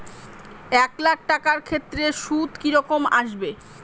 এক লাখ টাকার ক্ষেত্রে সুদ কি রকম আসবে?